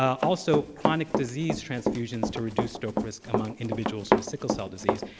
also chronic disease transfusions to reduce stroke risk among individuals with sickle cell disease.